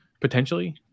potentially